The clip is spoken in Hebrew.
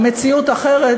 המציאות היא אחרת,